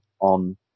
on